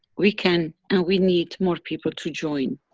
we can and we need more people to join.